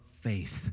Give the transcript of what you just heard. faith